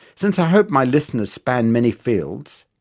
since i hope my listeners span many fields,